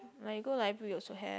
like you go library also have